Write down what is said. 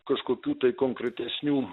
kažkokių tai konkretesnių